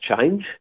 change